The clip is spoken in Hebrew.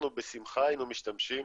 אנחנו בשמחה היינו משתמשים